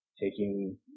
taking